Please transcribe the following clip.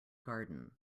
garden